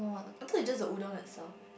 I thought it just a udon that self